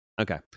Okay